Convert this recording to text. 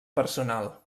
personal